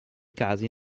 casi